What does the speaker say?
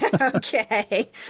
Okay